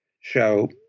show